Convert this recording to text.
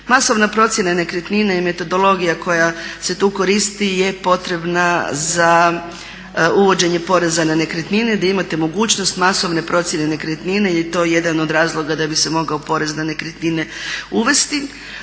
Masovna procjena nekretnina i metodologija koja se tu koristi je potrebna za uvođenje poreza na nekretnine gdje imate mogućnost masovne procjene nekretnine jer je to jedan od razloga da bi se mogao porez na nekretnine uvesti.